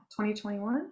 2021